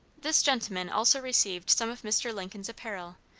this gentleman also received some of mr. lincoln's apparel,